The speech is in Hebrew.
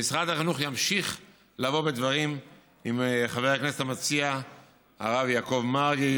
משרד החינוך ימשיך לבוא בדברים עם חבר הכנסת המציע הרב יעקב מרגי,